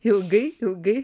ilgai ilgai